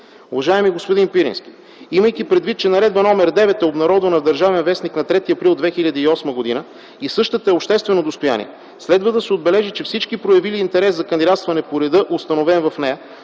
Уважаеми господин Пирински, имайки предвид, че Наредба № 9 е обнародвана в „Държавен вестник” на 3 април 2008 г. и същата е обществено достояние, следва да се отбележи, че всички проявили интерес за кандидатстване по реда, установен в нея,